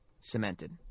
cemented